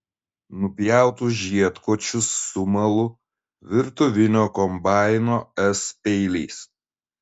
nupjautus žiedkočius sumalu virtuvinio kombaino s peiliais